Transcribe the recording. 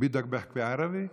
בידכ תחכי ערבי?